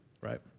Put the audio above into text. right